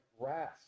grass